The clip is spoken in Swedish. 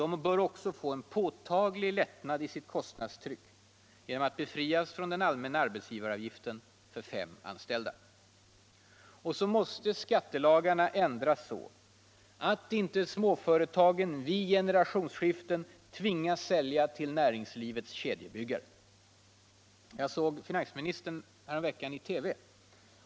De bör också få en påtaglig lättnad i sitt kostnadstryck genom att befrias Och skattelagarna måste ändras så att inte småföretagen vid generationsskiften tvingas sälja sig till näringslivets kedjebyggare. Jag såg finansministern häromveckan i TV.